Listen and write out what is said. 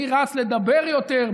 מי רץ לדבר יותר,